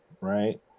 right